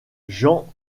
jean